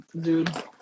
dude